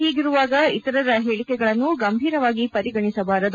ಹೀಗಿರುವಾಗ ಇತರರ ಹೇಳಿಕೆಗಳನ್ನು ಗಂಭೀರವಾಗಿ ಪರಿಗಣಿಸಿಬಾರದು